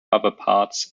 upperparts